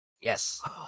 Yes